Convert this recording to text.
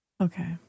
Okay